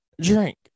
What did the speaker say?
Drink